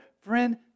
friend